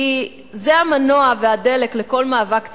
כי זה המנוע והדלק לכל מאבק ציבורי.